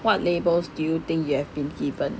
what labels do you think you have been given